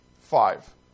Five